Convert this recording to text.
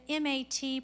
MAT